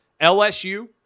LSU